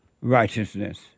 righteousness